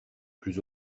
plus